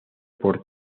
por